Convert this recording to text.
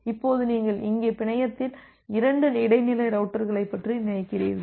இப்போது நீங்கள் இங்கே பிணையத்தில் இரண்டு இடைநிலை ரௌட்டர்களைப் பற்றி நினைக்கிறீர்கள்